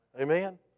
Amen